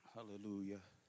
Hallelujah